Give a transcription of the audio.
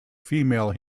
female